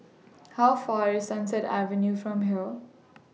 How Far away IS Sunset Avenue from here